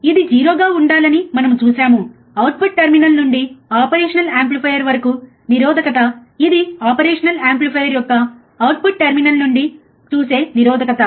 ఇది 0 గా ఉండాలని మనము చూశాము అవుట్పుట్ టెర్మినల్ నుండి ఆపరేషన్ యాంప్లిఫైయర్ వరకు నిరోధకత ఇది ఆపరేషనల్ యాంప్లిఫైయర్ యొక్క అవుట్పుట్ టెర్మినల్ నుండి చూసే నిరోధకత